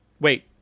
wait